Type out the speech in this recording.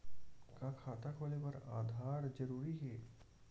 का खाता खोले बर आधार जरूरी हे?